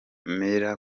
kemera